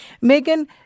Megan